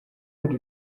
buri